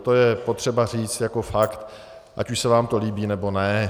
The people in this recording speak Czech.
To je potřeba říct jako fakt, ať už se vám to líbí, nebo ne.